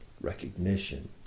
recognition